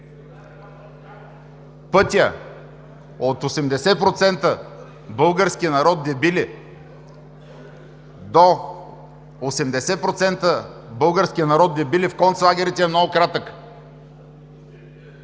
пътят от „80% български народ дебили“ до „80% български народ дебили в концлагерите“ е много кратък.